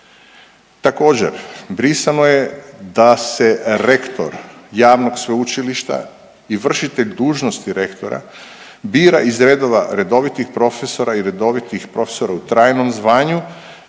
Također, brisano je da se rektor javnog sveučilišta i vršitelj dužnosti rektora bira iz redova redovitih profesora i redovitih profesora u trajnom zvanju,